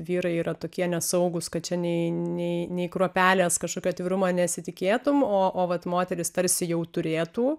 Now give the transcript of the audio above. vyrai yra tokie nesaugūs kad čia nei nei nei kruopelės kažkokio atvirumo nesitikėtum o vat moterys tarsi jau turėtų